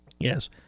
Yes